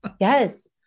Yes